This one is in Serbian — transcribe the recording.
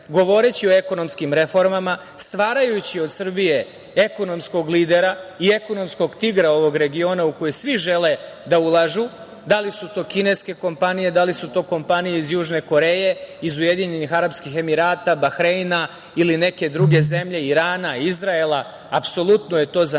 govoreći o ekonomskim reformama, stvarajući od Srbije ekonomskog lidera i ekonomskog tigra ovog regiona u koji svi žele da ulažu, da li su to kineske kompanije, da li su to kompanije iz Južne Koreje, iz Ujedinjenih Arapskih Emirata, Bahreina ili neke druge zemlje, Irana, Izraela, apsolutno je to za nas